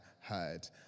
heard